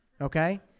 Okay